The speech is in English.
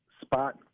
spot